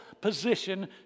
position